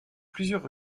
plusieurs